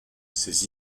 ses